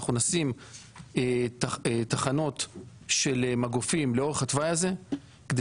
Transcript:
אנחנו נשים תחנות של מגופים לאורך התוואי הזה כדי